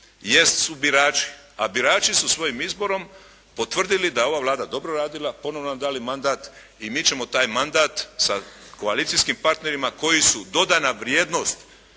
jesu birači. A birači su svojim izborom potvrdili da je ova Vlada dobro radila. Ponovno nam dali mandat i mi ćemo taj mandat sa koalicijskim partnerima koji su dodana vrijednost